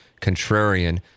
contrarian